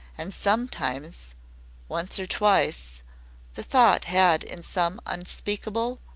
and sometimes once or twice the thought had in some unspeakable,